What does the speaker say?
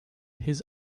his